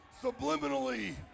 subliminally